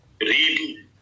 read